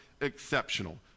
exceptional